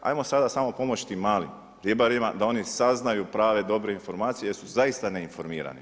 Hajmo sada samo pomoći tim malim ribarima da oni saznaju prave, dobre informacije jer su zaista neinformirani.